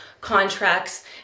contracts